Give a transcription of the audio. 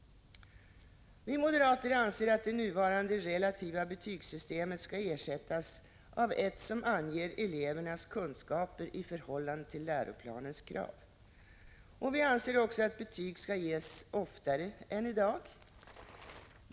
Vi moderater anser att det nuvarande relativa betygssystemet skall ersättas av ett som anger elevernas kunskaper i förhållande till läroplanens krav. Vi anser också att betyg skall ges oftare än i dag.